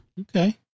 Okay